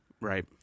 Right